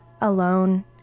alone